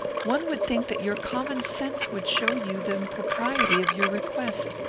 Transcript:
one would think that your common sense would show you the impropriety of your request.